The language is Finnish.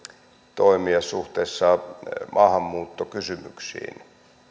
toimia suhteessa maahanmuuttokysymyksiin